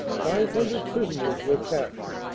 five hundred prisoners were captured.